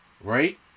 Right